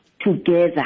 together